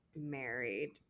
married